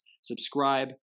Subscribe